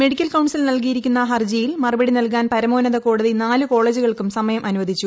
medical council നൽകിയിരിക്കുന്ന ഹർജിയിൽ മറുപടി നൽകാൻ പരമോന്നത കോടതി നാല് കോളേജുകൾക്കും സമയം അനുവദിച്ചു